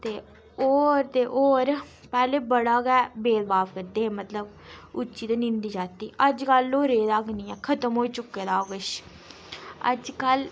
ते ओह् ते होर पैह्ले बड़ा गै भेदभाव करदे हे मतलब उच्ची ते निंदी जाति अज्जकल ओह् रेह्दा गै नीं ऐ खतम होई चुके दा ओह् किश अज्जकल